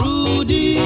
Rudy